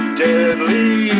deadly